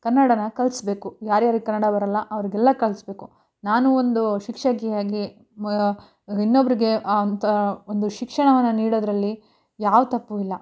ಕನ್ನಡನ ಕಲಿಸ್ಬೇಕು ಯಾರ್ಯಾರಿಗೆ ಕನ್ನಡ ಬರೋಲ್ಲ ಅವ್ರಿಗೆಲ್ಲ ಕಲಿಸ್ಬೇಕು ನಾನು ಒಂದು ಶಿಕ್ಷಕಿಯಾಗಿ ಮ ಇನ್ನೊಬ್ಬರಿಗೆ ಒಂಥರ ಒಂದು ಶಿಕ್ಷಣವನ್ನು ನೀಡೋದರಲ್ಲಿ ಯಾವ ತಪ್ಪೂ ಇಲ್ಲ